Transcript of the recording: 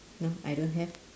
no I don't have